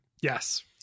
Yes